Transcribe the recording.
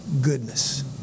goodness